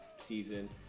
season